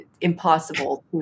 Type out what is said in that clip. impossible